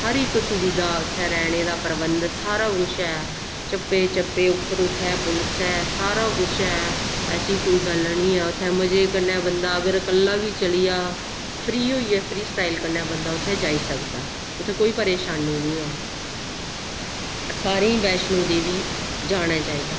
हर इक सुविधा उत्थें रैह्ने दा प्रबंध सारा कुछ ऐ चप्पे चप्पे उप्पर उत्थें पुलस ऐ सारा कुछ ऐ ऐसी कोई गल्ल निंं ऐ उत्थें मजे कन्नै बंदा अगर कल्ला बी चली जा फ्री होइयै फ्री स्टाइल कन्नै बंदा उत्थै जाई सकदा उत्थै कोई परेशानी निं ऐ सारें गी बैष्णो देवी जाना चाहिदा